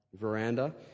veranda